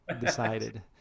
decided